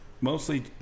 mostly